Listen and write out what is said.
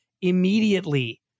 immediately